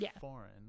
foreign